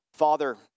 Father